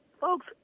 folks